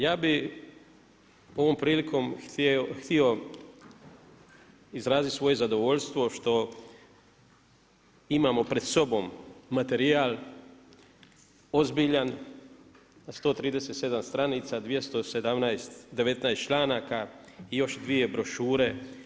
Ja bih ovom prilikom htio izraziti svoje zadovoljstvo što imamo pred sobom materijal ozbiljan na 137 stranica, 219 članaka i još dvije brošure.